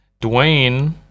Dwayne